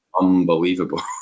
unbelievable